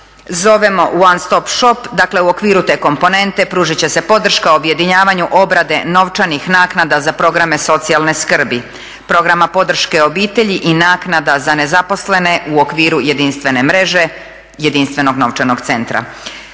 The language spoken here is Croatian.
zovemo one stop shop, dakle u okviru te komponente pružit će se podrška objedinjavanju obrade novčanih naknada za programe socijalne skrbi, programa podrške obitelji i naknada za programe socijalne skrbi programa